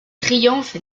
triomphe